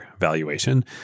valuation